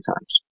times